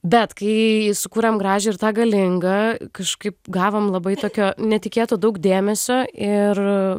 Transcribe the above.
bet kai sukūrėm gražią ir tą galingą kažkaip gavom labai tokio netikėto daug dėmesio ir